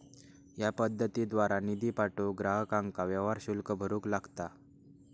या पद्धतीद्वारा निधी पाठवूक ग्राहकांका व्यवहार शुल्क भरूक लागता